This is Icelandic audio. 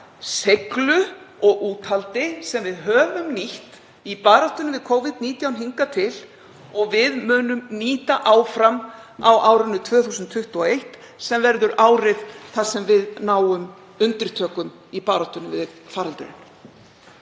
seiglu og úthaldi sem við höfum nýtt í baráttunni við Covid-19 hingað til og við munum nýta áfram á árinu 2021, sem verður árið þegar við náum undirtökum í baráttunni við faraldurinn.